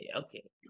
okay